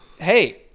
hey